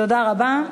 תודה רבה.